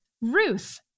Ruth